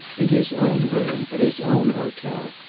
in his own room, at his own hotel,